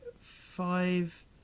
five